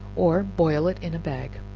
or boil it in a bag.